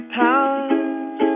powers